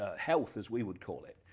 ah health as we would call it?